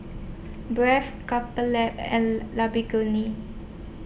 Bragg Couple Lab and Lamborghini